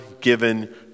given